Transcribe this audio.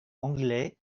anglais